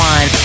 One